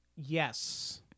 Yes